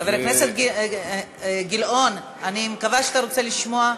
חבר הכנסת גילאון, אני מקווה שאתה רוצה לשמוע.